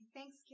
Thanks